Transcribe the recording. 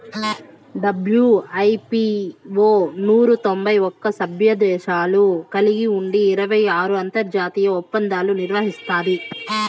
WIPO నూరు తొంభై ఒక్క సభ్యదేశాలు కలిగి ఉండి ఇరవై ఆరు అంతర్జాతీయ ఒప్పందాలు నిర్వహిస్తాది